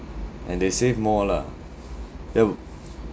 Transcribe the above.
and they save more lah ya